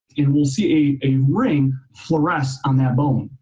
and we'll see a a ring fluoresce on that bone.